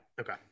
Okay